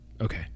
okay